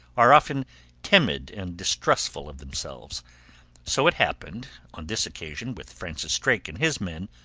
are often timid and distrustful of themselves so it happened on this occasion with francis drake and his men,